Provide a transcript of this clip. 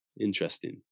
Interesting